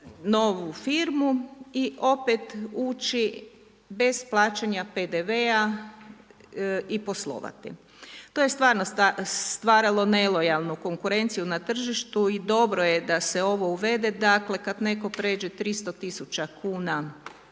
i opet ući bez plaćanja PDV-a i poslovati. To je stvarno stvaralo nelojalnu konkurenciju na tržištu i dobro je da se ovo uvede, dakle, kada netko pređe 300 tisuća